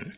Jammu Kashmir